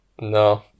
No